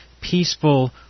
peaceful